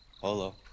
Hello